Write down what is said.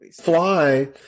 Fly